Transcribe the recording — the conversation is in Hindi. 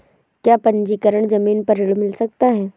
क्या पंजीकरण ज़मीन पर ऋण मिल सकता है?